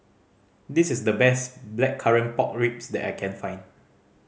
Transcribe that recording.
this is the best Blackcurrant Pork Ribs that I can find